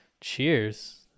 cheers